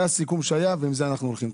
זה הסיכום שהיה ועם זה אנחנו הולכים.